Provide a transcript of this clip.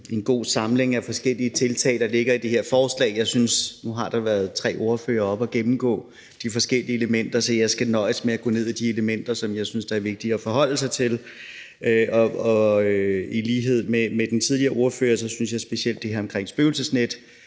en god samling af forskellige tiltag, der ligger i det her forslag. Nu har der været tre ordførere oppe at gennemgå de forskellige elementer, så jeg skal nøjes med at gå ned i de elementer, som jeg synes er vigtige at forholde sig til. Og i lighed med den tidligere ordfører synes jeg, at specielt i forhold til det her med spøgelsesnet